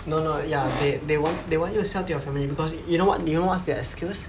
no no ya they they wan~ they want you to sell to your family because you know wha~ you know what's their excuse